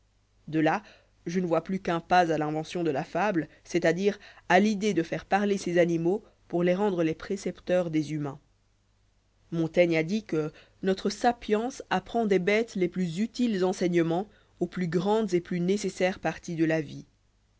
de là je ne vois plus qu'un pas à l'invention de la fable c'est-àdire à l'idée de faire parler ces animaux pour les rendre les précepteurs des humains montaigne a dit que notre sapîence apprend des bêtes les plus utiles enseignements aux plus grandes et plus nécessaires parties de la vie